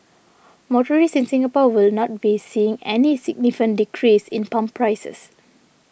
motorists in Singapore will not be seeing any significant decrease in pump prices